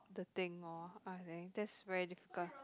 the thing lor I think that's very difficult